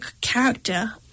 character